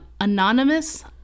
anonymous